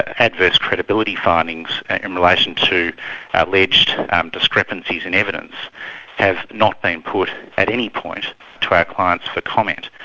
adverse credibility findings in relation to alleged discrepancies in evidence have not been put at any point to our clients for comment.